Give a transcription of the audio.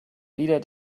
wieder